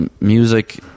music